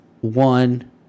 one